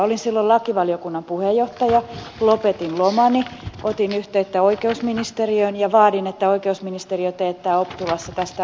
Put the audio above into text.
olin silloin lakivaliokunnan puheenjohtaja lopetin lomani otin yhteyttä oikeusministeriöön ja vaadin että oikeusministeriö teettää optulassa tästä asiasta tutkimuksen